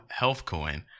HealthCoin